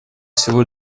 всего